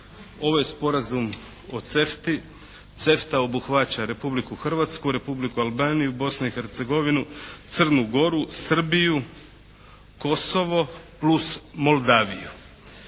Ovo je sporazum o CEFTA-i. CEFTA obuhvaća Republiku Hrvatsku, Republiku Albaniju, Bosnu i Hercegovinu, Crnu Goru, Srbiju, Kosovo plus Moldaviju.